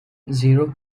zero